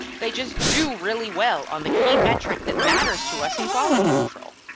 they just do really well on the key metric that matters to us in quality control,